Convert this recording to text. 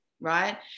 right